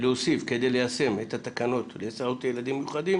להוסיף כדי ליישם את התקנות להסעות ילדים מיוחדים,